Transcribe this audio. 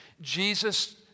Jesus